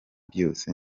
byose